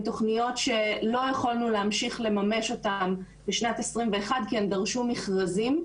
תוכניות שלא יכולנו להמשיך לממש אותן בשנת 2021 כי הן דרשו מכרזים,